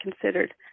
considered